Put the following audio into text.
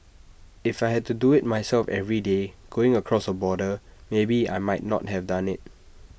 if I had to do IT myself every day going across the border maybe I might not have done IT